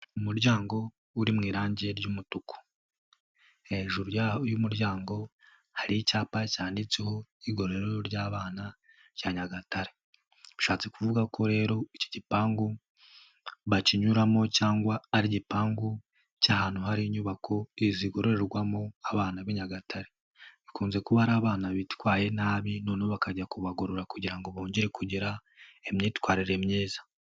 Umuryango uri mu irangi ry'umutuku, hejuru y'umuryango hari icyapa cyanditseho igororo ry'abana rya Nyagatare, bishatse kuvuga ko rero iki gipangu bakinyuramo cyangwa ari igipangu cy'ahantu hari inyubako zigororerwamo abana b'i Nyagatare, bakunze kuba ari abana bitwaye nabi noneho bakajya kubagorora kugira ngo bongere kugira imyitwarire myiza.